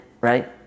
right